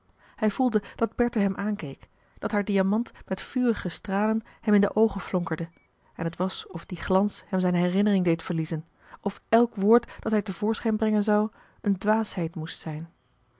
hij voelde dat bertha hem aankeek dat haar diamant met vurige stralen hem in de oogen flonkerde en t was of die glans hem zijn herinnering deed verliezen of elk woord dat hij marcellus emants een drietal novellen te voorschijn brengen zou een dwaasheid moest zijn